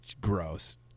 gross